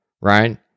right